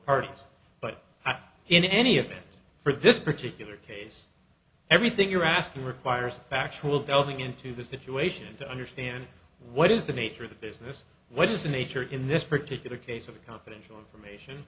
parties but in any event for this particular case everything you're asking requires a factual delving into the situation to understand what is the nature of the business what is the nature in this particular case of confidential information